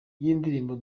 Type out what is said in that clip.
yindirimbo